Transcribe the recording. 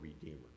redeemer